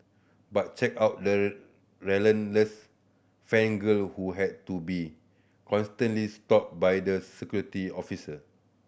but check out the relentless fan girl who had to be constantly stopped by the security officer